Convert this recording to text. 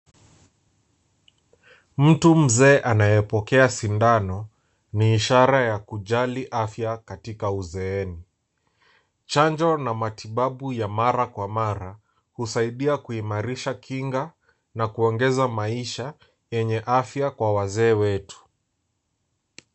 Mtu mzee anayepokea sindano ni ishara ya kujali afya katika uzeeni. Chanjo na matibabu ya mara kwa mara husaidia kuimarisha kinga na kuongeza maisha yenye afya kwa wazee wetu.